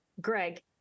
Greg